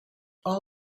all